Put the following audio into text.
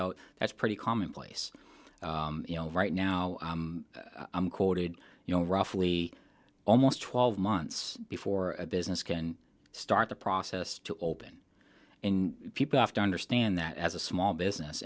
out that's pretty commonplace you know right now i'm quoted you know roughly almost twelve months before a business can start the process to open and people have to understand that as a small business